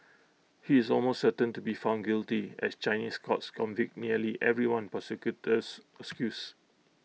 he is almost certain to be found guilty as Chinese courts convict nearly everyone prosecutors